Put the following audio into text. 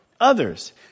others